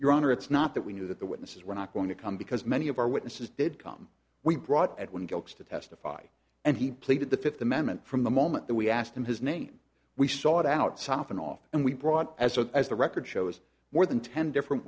your honor it's not that we knew that the witnesses were not going to come because many of our witnesses did come we brought at one gilks to testify and he pleaded the fifth amendment from the moment that we asked him his name we sought out soften off and we brought as well as the record shows more than ten different